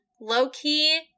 Low-key